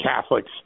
Catholics